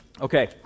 Okay